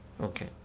Okay